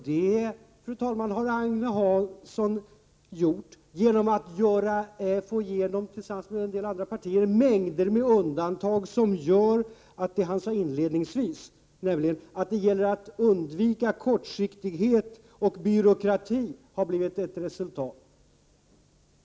Det har Agne Hansson själv gjort, fru talman, genom att tillsammans med företrädare för en del andra partier få igenom mängder av undantag som gör att det som han inledningsvis sade, nämligen att man skall undvika kortsiktighet och byråkrati, har blivit resultatet.